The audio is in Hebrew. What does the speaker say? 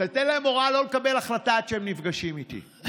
תן להם הוראה לא לקבל החלטה עד שהם נפגשים איתי.